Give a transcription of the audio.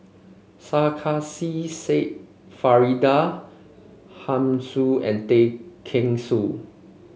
Sarkasi Said Faridah Hanum Soon and Tay Kheng Soon